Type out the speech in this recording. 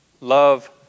love